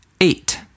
eight